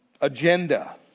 agenda